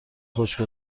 خوش